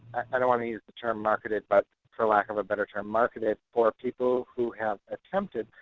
i don't want to use the term marketed, but for lack of a better term marketed for people who have attempted,